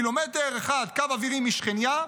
קילומטר אחד בקו אווירי משכניה,